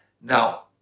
Now